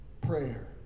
prayer